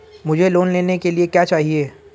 मुझे लोन लेने के लिए क्या चाहिए?